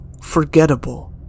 forgettable